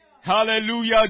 Hallelujah